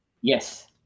Yes